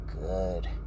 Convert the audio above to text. good